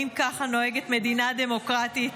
האם ככה נוהגת מדינה דמוקרטית?